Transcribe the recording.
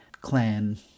clan